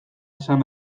esan